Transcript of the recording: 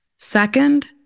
Second